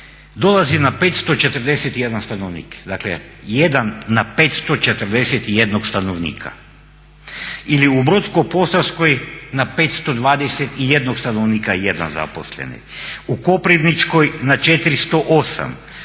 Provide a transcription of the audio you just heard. dolazi na 541 stanovnik. Dakle jedan na 541 stanovnika. Ili u Brodsko-posavskoj na 521 stanovnika jedan zaposleni. U Koprivničkoj na 408.,